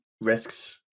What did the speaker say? risks